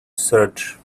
search